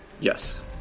Yes